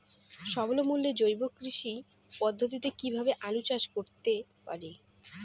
স্বল্প মূল্যে জৈব কৃষি পদ্ধতিতে কীভাবে আলুর চাষ করতে পারি?